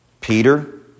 Peter